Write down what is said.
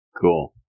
cool